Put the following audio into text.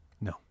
No